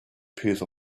piece